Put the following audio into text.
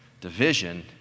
division